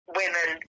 women